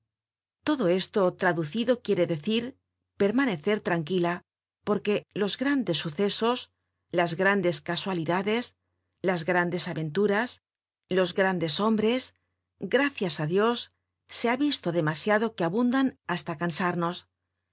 todo esto traducido quiere decir permanecer tranquila porque los grandes sucesos las grandes casualidades las grandes aventuras los grandes hombres gracias á dios se ha visto demasiado que abundan hasta cansarnos